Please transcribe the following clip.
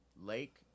Lake